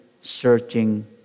searching